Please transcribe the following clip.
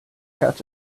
catch